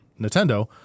Nintendo